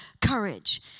courage